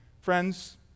Friends